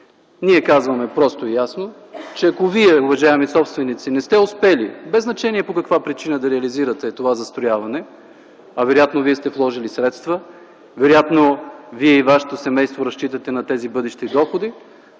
ние казваме просто и ясно, че ако вие, уважаеми собственици, не сте успели, без значение по каква причина, да реализирате това застрояване, а вероятно вие сте вложили средства, вероятно вие и вашето семейство разчитате на тези бъдещи доходи,